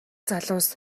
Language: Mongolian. залуус